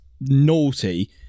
naughty